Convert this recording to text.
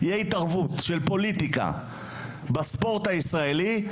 של פוליטיקה בספורט הישראלי,